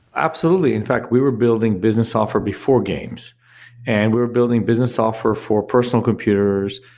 absolutely. in fact, we were building business software before games and were building business software for personal computers,